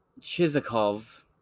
Chizikov